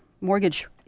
mortgage